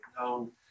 known